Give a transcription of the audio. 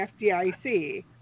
FDIC